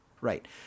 right